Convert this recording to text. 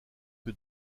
que